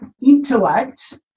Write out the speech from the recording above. intellect